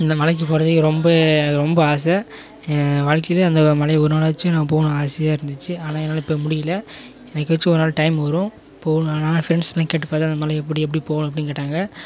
இந்த மலைக்கு போகிறதுக்கு ரொம்ப எனக்கு ரொம்ப ஆசை என் வாழ்க்கையிலேயே அந்த மலைக்கு ஒருநாளாச்சும் நான் போகணுன்னு ஆசையாக இருந்துச்சு ஆனால் என்னால் இப்போ முடியல என்றைக்காச்சும் ஒருநாள் டைம் வரும் போகணும் ஆனால் ஃப்ரெண்ட்ஸெலாம் கேட்டு பார்க்கறேன் அதுமேலே எப்படி எப்படி போகணுன்னு அப்படின் கேட்டாங்க